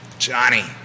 Johnny